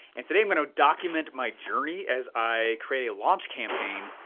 and today i'm gonna document my journey as i create a launch campaign,